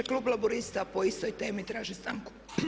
Klub Laburista po istoj temi traži stanku.